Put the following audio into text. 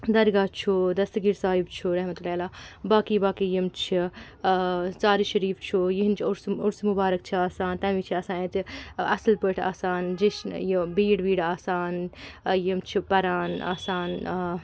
درگاہ چھُ دستگیٖر صاحِب چھُ رحمتہ اللہ باقٕے باقٕے یِم چھِ ژاری شریٖف چھُ یِہِنٛز عُرُس عُرُسہٕ مُبارک چھِ آسان تَمہِ وِزِ چھِ آسان اَتہِ اَصٕل پٲٹھۍ آسان جیٚشن یہِ بیٖڑ ویٖڈ آسان یِم چھِ پَران آسان